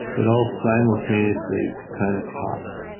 it all simultaneously kind of popped.